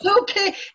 okay